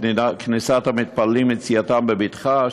כניסת המתפללים ויציאתם בבטחה,